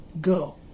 go